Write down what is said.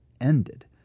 ended